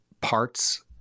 parts